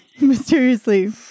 mysteriously